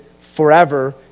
forever